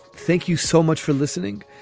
thank you so much for listening.